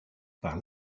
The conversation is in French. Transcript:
par